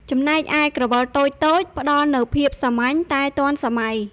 ចំណែកឯក្រវិលតូចៗ ផ្តល់នូវភាពសាមញ្ញតែទាន់សម័យ។